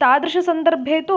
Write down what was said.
तादृशसन्दर्भे तु